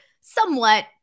somewhat